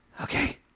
Okay